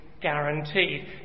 guaranteed